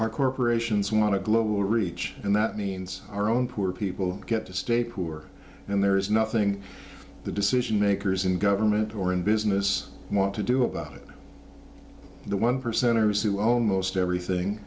our corporations want to global reach and that means our own poor people get to stay poor and there is nothing the decision makers in government or in business want to do about it the one percenters who almost everything